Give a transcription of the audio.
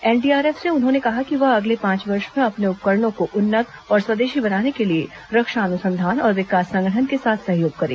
NDRF से उन्होंने कहा कि वह अगले पांच वर्ष में अपने उपकरणों को उन्नत और स्वदेशी बनाने के लिए रक्षा अनुसंधान और विकास संगठन के साथ सहयोग करे